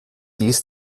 dies